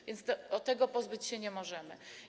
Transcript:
A więc tego pozbyć się nie możemy.